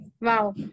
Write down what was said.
wow